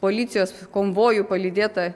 policijos konvojų palydėta